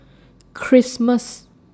Christmas